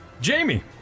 Jamie